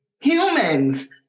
humans